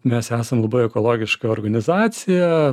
mes esam labai ekologiška organizacija